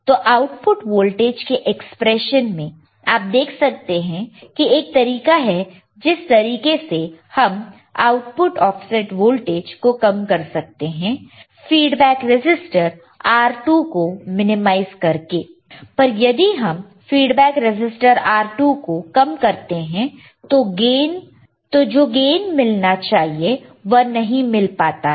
तो output voltage के expression में आप देख सकते हैं की एक तरीका है जिस तरीके से हम आउटपुट ऑफसेट वोल्टेज को कम कर सकते हैं फीडबैक रजिस्टर R2 को मिनिमाइज करके पर यदि हम फीडबैक रजिस्टर R2 को कम करते हैं तो जो गेन मिलना चाहिए वह नहीं मिल पाता है